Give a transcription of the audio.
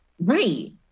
right